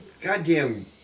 Goddamn